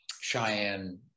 Cheyenne